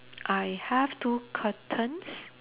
I have two curtains